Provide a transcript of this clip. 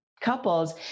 couples